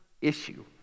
issue